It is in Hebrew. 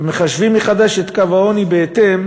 ומחשבים מחדש את קו העוני בהתאם,